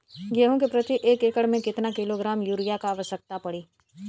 गेहूँ के प्रति एक एकड़ में कितना किलोग्राम युरिया क आवश्यकता पड़ी?